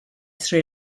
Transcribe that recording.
sri